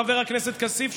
חבר הכנסת כסיף,